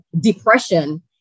depression